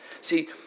See